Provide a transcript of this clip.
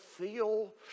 feel